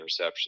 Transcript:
interceptions